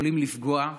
יכולים לפגוע,